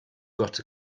got